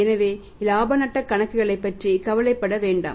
எனவே இலாப நட்டக் கணக்குகளைப் பற்றி கவலைப்பட வேண்டாம்